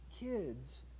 Kids